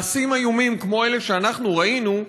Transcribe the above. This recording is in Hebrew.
מעשים איומים כמו אלה שאנחנו ראינו,